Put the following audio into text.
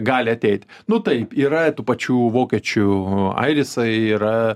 gali ateiti nu taip yra tų pačių vokiečių airisai yra